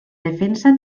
defensa